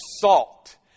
salt